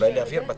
אולי נבהיר בצד?